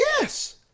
Yes